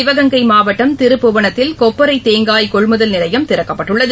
சிவகங்கை மாவட்டம் திருப்புவனத்தில் கொப்பரைதேங்காய் கொள்முதல் நிலையம் திறக்கப்பட்டுள்ளது